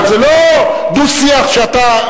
אבל זה לא דו-שיח שאתה,